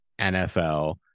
nfl